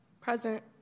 Present